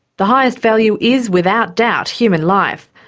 the highest value is, without doubt, human life.